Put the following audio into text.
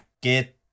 get